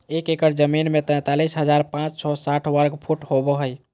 एक एकड़ जमीन में तैंतालीस हजार पांच सौ साठ वर्ग फुट होबो हइ